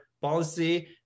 policy